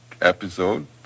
episode